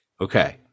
Okay